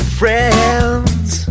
friends